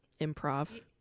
improv